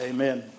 Amen